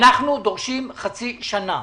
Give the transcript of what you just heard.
אנחנו דורשים חצי שנה.